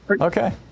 Okay